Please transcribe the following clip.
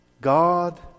God